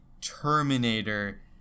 Terminator